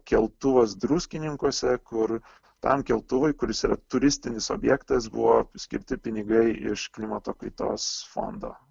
keltuvas druskininkuose kur tam keltuvui kuris yra turistinis objektas buvo skirti pinigai iš klimato kaitos fondo